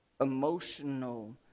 emotional